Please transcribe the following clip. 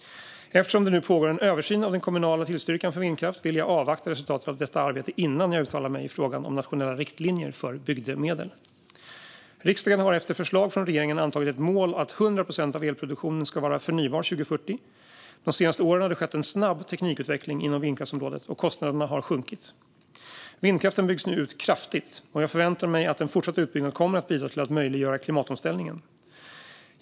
Eftersom det nu pågår en översyn av den kommunala tillstyrkan för vindkraft vill jag avvakta resultatet av detta arbete innan jag uttalar mig i frågan om nationella riktlinjer för bygdemedel. Riksdagen har efter förslag från regeringen antagit målet att 100 procent av elproduktionen ska vara förnybar 2040. De senaste åren har det skett en snabb teknikutveckling inom vindkraftsområdet, och kostnaderna har sjunkit. Vindkraften byggs nu ut kraftigt, och jag förväntar mig att en fortsatt utbyggnad kommer att bidra till att möjliggöra klimatomställningen.